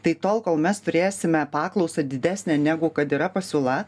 tai tol kol mes turėsime paklausą didesnę negu kad yra pasiūla